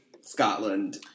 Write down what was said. Scotland